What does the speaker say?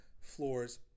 floors